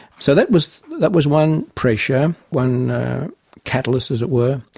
so that was that was one pressure, one catalyst, as it were.